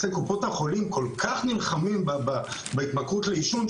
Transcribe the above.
שקופות החולים כל כך נלחמות בהתמכרות לעישון,